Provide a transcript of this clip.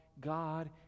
God